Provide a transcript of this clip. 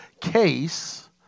case